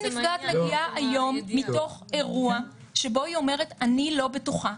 אם נפגעת מגיעה היום מתוך אירוע שבו היא אומרת: אני לא בטוחה,